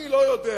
אני לא יודע